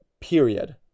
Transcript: Period